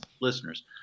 listeners